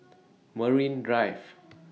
Marine Drive